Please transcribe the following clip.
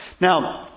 Now